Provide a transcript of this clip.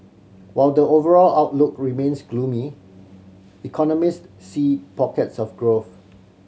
while the overall outlook remains gloomy economist see pockets of growth